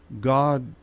God